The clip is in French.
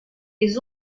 les